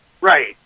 Right